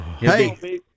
Hey